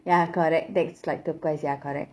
ya correct that's like turquoise ya correct